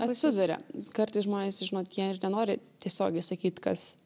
atsiduria kartais žmonės žinot jie ir nenori tiesiogiai sakyt kas